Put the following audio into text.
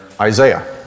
Isaiah